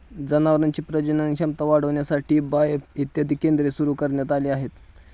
जनावरांची प्रजनन क्षमता वाढविण्यासाठी बाएफ इत्यादी केंद्रे सुरू करण्यात आली आहेत